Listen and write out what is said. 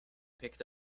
picked